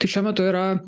tai šiuo metu yra